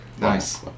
Nice